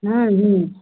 हूँ हूँ